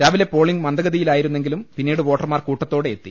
രാവിലെ പോളിംഗ് മന്ദഗതിയിലായിരുന്നെങ്കിലും പിന്നീട് വോട്ടർമാർ കൂട്ടത്തോടെ എത്തി